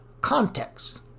context